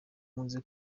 nkunze